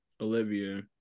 Olivia